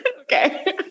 okay